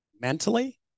mentally